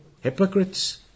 hypocrites